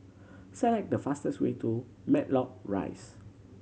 select the fastest way to Matlock Rise